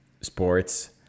sports